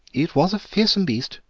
it was a fearsome beast,